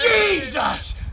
Jesus